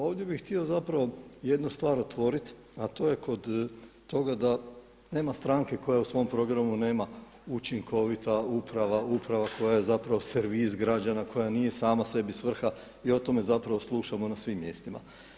Ovdje bih htio zapravo jednu stvar otvoriti a to je kod toga da nema stranke koja u svom programu nema učinkovita uprava, uprava koja je zapravo servis građana, koja nije sama sebi svrha i o tome zapravo slušamo na svim mjestima.